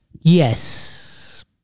Yes